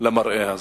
למראה הזה.